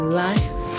life